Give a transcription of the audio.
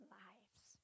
lives